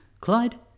Clyde